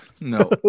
No